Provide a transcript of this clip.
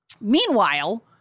Meanwhile